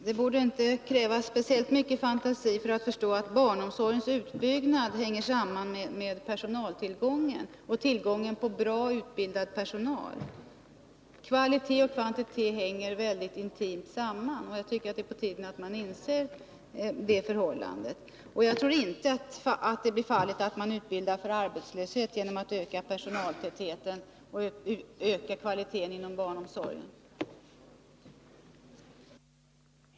Herr talman! Det borde inte krävas speciellt mycket fantasi för att förstå att barnomsorgens utbyggnad hänger samman med personaltillgången och tillgången på väl utbildad personal. Kvalitet och kvantitet hänger intimt samman. Jag tycker det är på tiden att man inser det förhållandet. Jag tror inte att följden av att öka personaltätheten och att öka kvaliteten inom barnomsorgen blir att man utbildar för arbetslöshet.